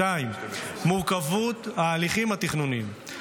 2. מורכבות ההליכים התכנוניים,